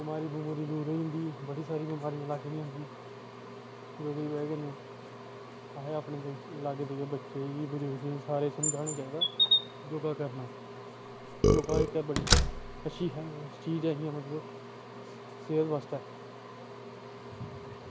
बमारी दूर होई जंदी ते बड़ी सारी बमारियां लागै निं आंदियां योगा दी बजह कन्नै अपने लागै बच्चें गी समझाना चाहिदा योगा करना योगा इक्क बड़ी अच्छी चीज़ ऐ सेह्त आस्तै